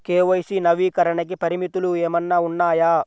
KYC నవీకరణకి పరిమితులు ఏమన్నా ఉన్నాయా?